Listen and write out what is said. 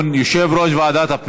יושב-ראש הוועדה, מה, אז אני אהיה אחריו.